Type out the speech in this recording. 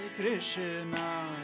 Krishna